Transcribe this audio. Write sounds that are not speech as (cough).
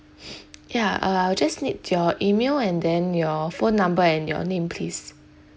(noise) ya uh I'll just need your email and then your phone number and your name please